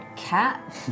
cat